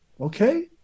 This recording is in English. Okay